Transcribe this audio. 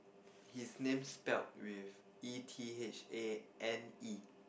his name spelled with E T H A N E